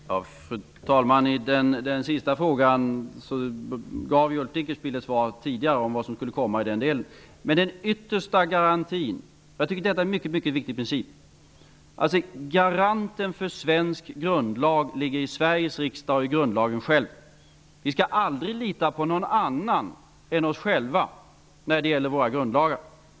Fru talman! Den sista frågan gav ju Ulf Dinkelspiel svar på tidigare. Han talade om vad som skulle komma där. Den yttersta garantin för svensk grundlag ligger i Sveriges riksdag och i grundlagen själv. Det är en mycket viktig princip. Vi skall aldrig lita på någon annan än oss själva när det gäller våra grundlagar.